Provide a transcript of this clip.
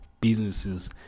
businesses